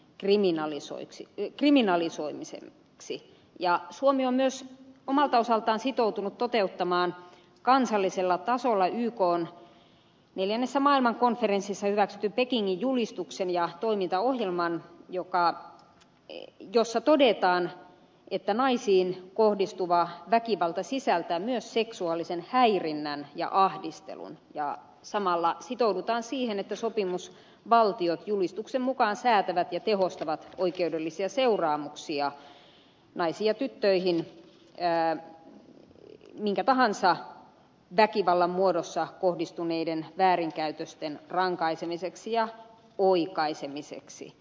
n kriminalisoiksi kriminalisoimisen yksi ja suomi on myös omalta osaltaan sitoutunut toteuttamaan kansallisella tasolla ykn neljännessä maailmankonferenssissa hyväksytyn pekingin julistuksen ja toimintaohjelman jossa todetaan että naisiin kohdistuva väkivalta sisältää myös seksuaalisen häirinnän ja ahdistelun ja samalla sitoudutaan siihen että sopimusvaltiot julistuksen mukaan säätävät ja tehostavat oikeudellisia seuraamuksia naisiin ja tyttöihin minkä tahansa väkivallan muodossa kohdistuneiden väärinkäytösten rankaisemiseksi ja oikaisemiseksi